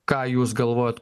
ką jūs galvojat